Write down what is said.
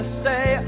stay